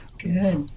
Good